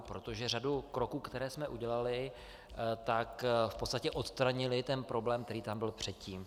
Protože řada kroků, které jsme udělali, v podstatě odstranila problém, který tam byl předtím.